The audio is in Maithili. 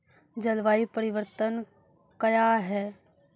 जलवायु परिवर्तन कया हैं?